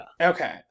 Okay